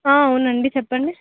అవును అండి చెప్పండి